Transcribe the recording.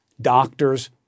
Doctors